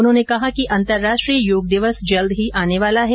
उन्होने कहा कि अंतर्राष्ट्रीय योग दिवस जल्द ही आने वाला है